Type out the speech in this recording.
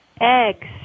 eggs